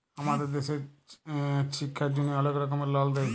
আমাদের দ্যাশে ছিক্ষার জ্যনহে অলেক রকমের লল দেয়